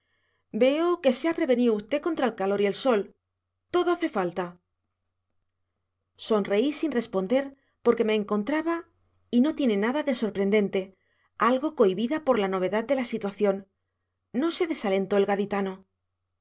veo que se ha prevenío usted contra el calor y el sol todo hace falta sonreí sin responder porque me encontraba y no tiene nada de sorprendente algo cohibida por la novedad de la situación no se desalentó el gaditano